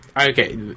Okay